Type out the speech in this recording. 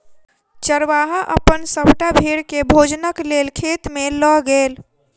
चरवाहा अपन सभटा भेड़ के भोजनक लेल खेत में लअ गेल